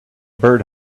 bird